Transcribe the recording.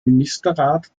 ministerrat